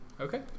Okay